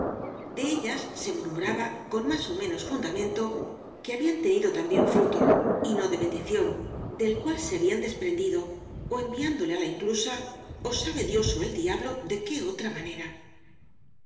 de ellas se murmuraba con más ó menos fundamento que habían tenido también fruto y no de bendición del cual se habían des prendido ó enviándole á la inclusa ó sabe dios ó el diablo de qué otra manera